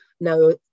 now